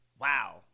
Wow